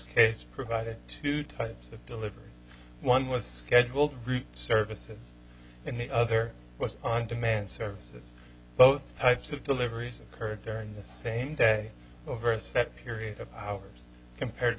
case provided two types of delivery one was scheduled services and the other was on demand services both types of deliveries occur during the same day over a set period of hours compared to